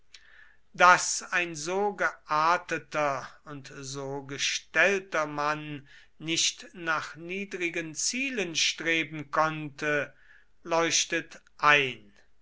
daß ein so gearteter und so gestellter mann nicht nach niedrigen zielen streben konnte leuchtet ein